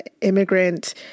immigrant